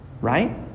Right